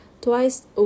twice